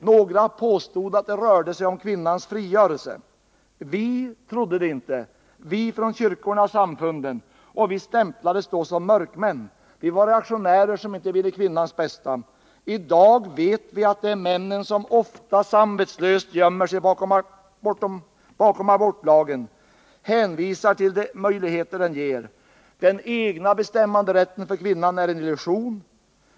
Några påstod att det rörde sig om kvinnans frigörelse. Vi från kyrkorna och samfunden trodde det inte, och vi stämplades då som mörkmän. Vi var reaktionärer, som inte ville kvinnans bästa. I dag vet vi att det är männen som ofta samvetslöst gömmer sig bakom abortlagen, hänvisar till de möjligheter den ger. Den egna bestämmanderätten för kvinnan är en illusion.